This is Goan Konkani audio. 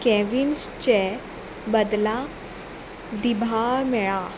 कॅविन्सचे बदला दिभा मेळ्ळा